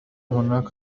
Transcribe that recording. هناك